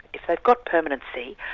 if they've got permanency,